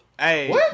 hey